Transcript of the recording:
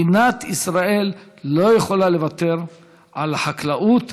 מדינת ישראל לא יכולה לוותר על החקלאות,